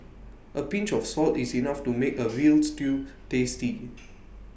A pinch of salt is enough to make A Veal Stew tasty